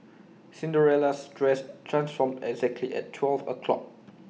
Cinderella's dress transformed exactly at twelve o' clock